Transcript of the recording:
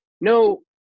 no